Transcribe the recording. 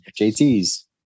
JT's